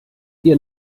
ihr